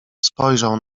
spojrzał